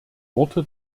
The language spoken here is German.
worte